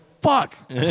fuck